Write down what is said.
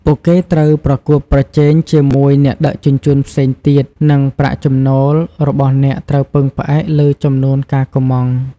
ពួកគេត្រូវប្រកួតប្រជែងជាមួយអ្នកដឹកជញ្ជូនផ្សេងទៀត និងប្រាក់ចំណូលរបស់អ្នកត្រូវពឹងផ្អែកលើចំនួនការកម្ម៉ង់។